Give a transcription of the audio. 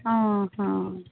ਹਾਂ ਹਾਂ